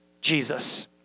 Jesus